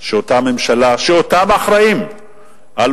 אבל